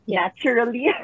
naturally